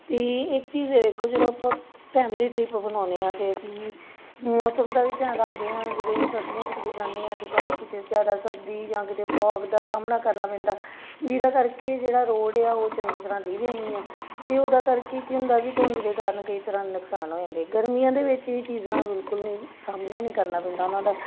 ਅਤੇ ਇੱਕ ਚੀਜ਼ ਇਹ ਵੇਖੋ ਜਦੋਂ ਆਪਾਂ ਫੈਮਿਲੀ ਟ੍ਰਿਪ ਬਣਾਉਂਦੇ ਹਾਂ ਅਤੇ ਅਸੀਂ ਮੌਸਮ ਦਾ ਵੀ ਧਿਆਨ ਰੱਖਦੇ ਹਾਂ ਜਦੋਂ ਅਸੀਂ ਸਰਦੀਆਂ 'ਚ ਕਿਤੇ ਜਾਂਦੇ ਹਾਂ ਅਤੇ ਸਾਨੂੰ ਕਿਤੇ ਜ਼ਿਆਦਾ ਸਰਦੀ ਜਾਂ ਕਿਤੇ ਫੋਗ ਦਾ ਸਾਹਮਣਾ ਕਰਨਾ ਪੈਂਦਾ ਜਿਹਨਾਂ ਕਰਕੇ ਜਿਹੜਾ ਰੋਡ ਆ ਉਹ ਚੰਗੀ ਤਰ੍ਹਾਂ ਦਿਖਦੇ ਨਹੀਂ ਆ ਅਤੇ ਉਹਨਾਂ ਕਰਕੇ ਕੀ ਹੁੰਦਾ ਕਿ ਧੁੰਦ ਦੇ ਕਾਰਨ ਕਈ ਤਰ੍ਹਾਂ ਨੁਕਸਾਨ ਹੋ ਜਾਂਦੇ ਗਰਮੀਆਂ ਦੇ ਵਿੱਚ ਇਹ ਚੀਜ਼ਾਂ ਬਿਲਕੁਲ ਵੀ ਸਾਹਮਣਾ ਨਹੀਂ ਕਰਨਾ ਪੈਂਦਾ ਉਹਨਾਂ ਦਾ